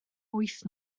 wyth